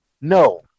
No